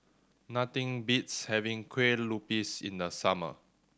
nothing beats having Kueh Lupis in the summer